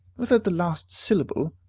without the last syllable,